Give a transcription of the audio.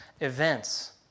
events